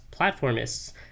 platformists